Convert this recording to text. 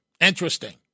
Interesting